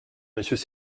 monsieur